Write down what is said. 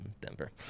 Denver